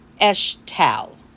Eshtal